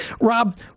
rob